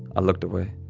i looked away.